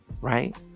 right